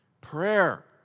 Prayer